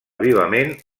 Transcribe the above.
vivament